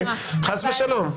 חס ושלום.